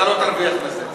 אתה לא תרוויח מזה.